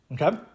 okay